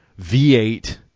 V8